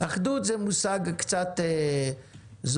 אחדות זה מושג קצת זולג,